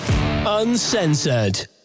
uncensored